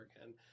again